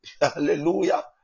Hallelujah